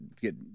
get